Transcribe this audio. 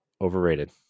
Overrated